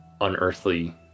unearthly